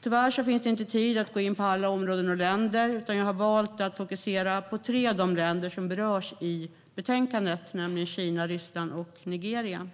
Tyvärr finns det inte tid för att gå in på alla områden och länder, utan jag har valt att fokusera på tre av de länder som berörs i betänkandet, nämligen Kina, Ryssland och Nigeria.